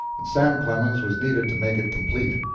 and sam clemens was needed to make it complete.